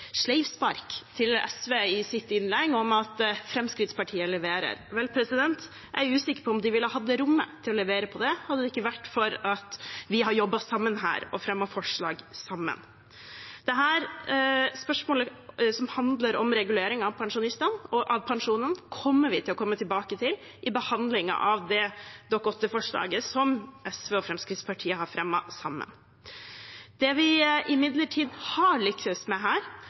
til SV i sitt innlegg om at Fremskrittspartiet leverer. Vel, jeg er usikker på om de ville hatt det rommet til å levere på det hadde det ikke vært for at vi har jobbet sammen her og fremmet forslag sammen. Dette spørsmålet, som handler om regulering av pensjonene, kommer vi til å komme tilbake til i behandlingen av Dokument 8-forslaget som SV og Fremskrittspartiet har fremmet sammen. Det vi imidlertid har lyktes med her,